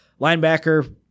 Linebacker